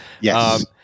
Yes